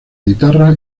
guitarra